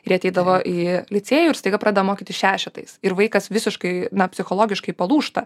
ir jie ateidavo į licėjų ir staiga pradeda mokytis šešetais ir vaikas visiškai na psichologiškai palūžta